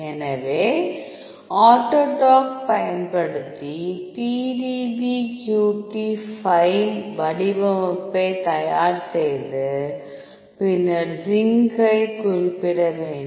எனவே ஆட்டோடாக் பயன்படுத்தி PDBQT file வடிவமைப்பை தயார் செய்து பின்னர் சிங்கை குறிப்பிட வேண்டும்